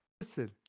Listen